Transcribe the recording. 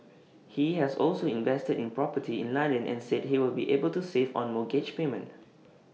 he has also invested in property in London and said he will be able to save on mortgage payments